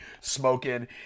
smoking